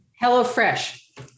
HelloFresh